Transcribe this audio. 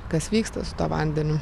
kas vyksta vandeniu